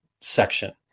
section